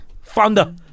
founder